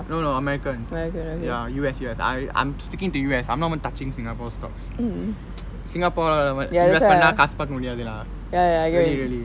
no no american ya U_S U_S I'm sticking to U_S I'm not even touching singapore stocks singapore invest பன்னா காசு பாக்க முடியாது:panna kaasu paakka mudiyaathu lah really really